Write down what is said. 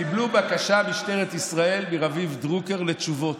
משטרת ישראל קיבלו בקשה מרביב דרוקר לתשובות.